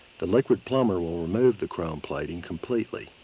the liquid plumr will remove the chrome plating completely,